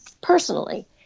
personally